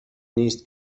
نیست